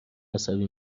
عصبی